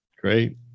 Great